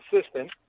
assistant